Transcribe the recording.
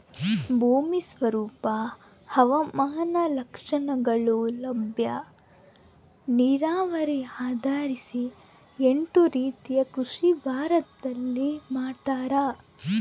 ಭೂಮಿ ಸ್ವರೂಪ ಹವಾಮಾನ ಲಕ್ಷಣಗಳು ಲಭ್ಯ ನೀರಾವರಿ ಆಧರಿಸಿ ಎಂಟು ರೀತಿಯ ಕೃಷಿ ಭಾರತದಲ್ಲಿ ಮಾಡ್ತಾರ